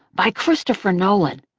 by christopher nolan,